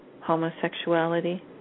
homosexuality